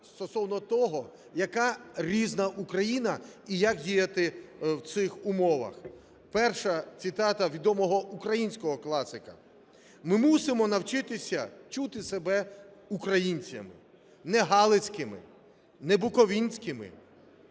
стосовно того, яка різна Україна, і як діяти в цих умовах. Перша цитата відомого українського класика: "Ми мусимо навчитися чути себе українцями – не галицькими, не буковинськими